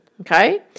okay